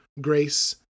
grace